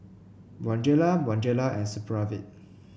Bonjela Bonjela and Supravit